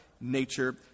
nature